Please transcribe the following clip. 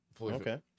Okay